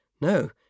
no